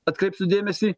atkreipsiu dėmesį